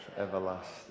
everlasting